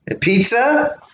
Pizza